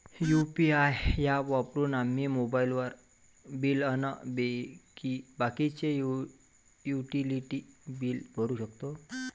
UPI app वापरून आम्ही mobile bill अन बाकीचे युटिलिटी बिल भरू शकतो